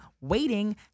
waiting